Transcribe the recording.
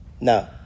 No